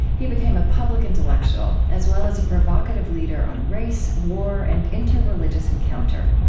he became a public intellectual, as well as a provocative leader on race, war, and inter-religious encounter.